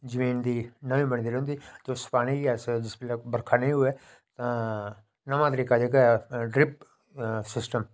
तंगी फील करदे की कताबां अंग्रेजी च हुंदियां टीचर्स ने जेहका पढ़ाना मास्टरें